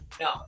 No